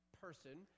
person